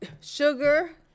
sugar